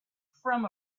from